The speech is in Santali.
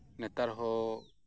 ᱱᱮᱛᱟᱨ ᱦᱚᱸ